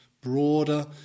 broader